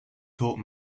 taught